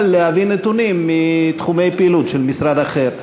להביא נתונים מתחומי פעילות של משרד אחר.